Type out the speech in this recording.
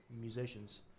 musicians